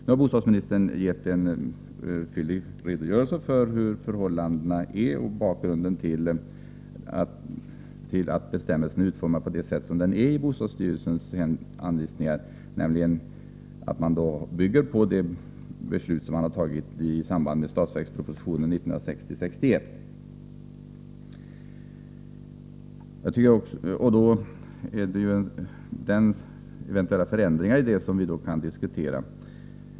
Nu har bostadsministern gett en fyllig redogörelse för hurdana förhållandena är och för bakgrunden till att bestämmelsen har den utformning den har i bostadsstyrelsens anvisningar, nämligen att man bygger på ett riksdagsbeslut i samband med behandlingen av statsverkspropositionen för budgetåret 1960/61. Då är det ju eventuella förändringar i detta som vi kan diskutera.